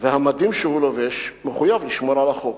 והמדים שהוא לובש, מחויב לשמור על החוק.